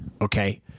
Okay